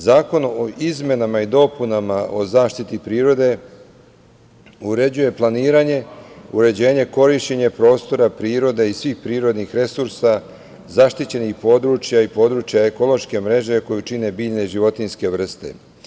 Zakon o izmenama i dopunama Zakona o zaštiti prirode uređuje planiranje, uređenje, korišćenje prostora, prirode i svih prirodnih resursa, zaštićenih područja i područja ekološke mreže koju čine biljne i životinjske vrste.